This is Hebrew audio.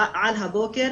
'על הבוקר'.